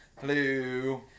Hello